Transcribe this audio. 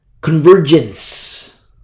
convergence